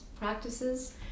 practices